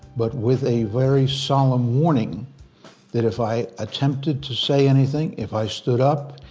but with a very solemn warning that if i attempted to say anything, if i stood up,